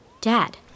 Dad